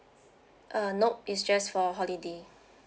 uh nope it's just for holiday